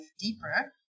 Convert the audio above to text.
deeper